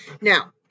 Now